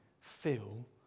feel